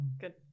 Good